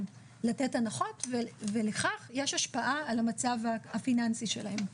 לתת הנחות ולכך יש השפעה על המצב הפיננסי שלהם.